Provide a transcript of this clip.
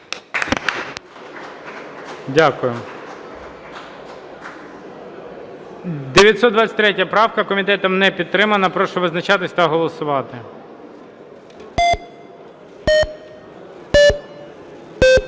928 правку. Комітетом не підтримана. Прошу визначатися та голосувати.